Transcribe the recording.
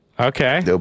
Okay